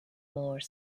more